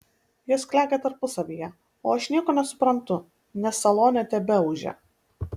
jos klega tarpusavyje o aš nieko nesuprantu nes salone tebeūžia